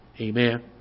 Amen